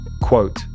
quote